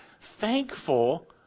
thankful